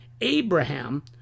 Abraham